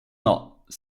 not